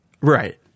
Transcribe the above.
Right